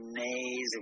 amazing